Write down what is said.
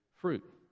fruit